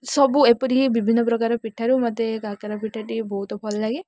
ସବୁ ଏପରିି ବିଭିନ୍ନ ପ୍ରକାର ପିଠାରୁ ମୋତେ କାକରା ପିଠାଟି ବହୁତ ଭଲଲାଗେ